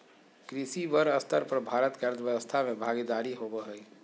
कृषि बड़ स्तर पर भारत के अर्थव्यवस्था में भागीदारी होबो हइ